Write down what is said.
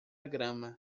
grama